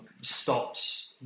stops